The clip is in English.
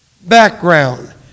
background